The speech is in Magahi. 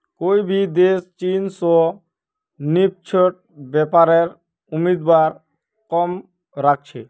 कोई भी देश चीन स निष्पक्ष व्यापारेर उम्मीद कम राख छेक